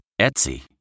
Etsy